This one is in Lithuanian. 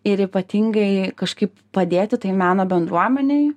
ir ypatingai kažkaip padėti tai meno bendruomenei